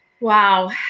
Wow